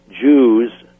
Jews